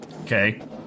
Okay